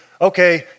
okay